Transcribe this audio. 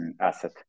asset